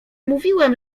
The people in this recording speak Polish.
mówiłem